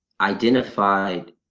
identified